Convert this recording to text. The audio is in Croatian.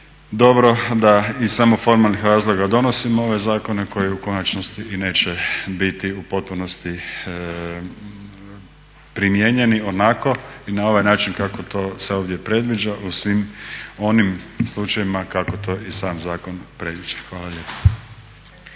dobro da iz samo formalnih razloga donosimo ove zakone koji u konačnici i neće biti u potpunosti primijenjeni onako i na ovaj način kako to se ovdje predviđa u svim onim slučajevima kako to i sam zakon predviđa. Hvala lijepa.